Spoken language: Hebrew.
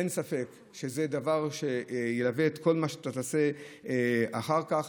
אין ספק שזה דבר שילווה כל מה שאתה תעשה אחר כך.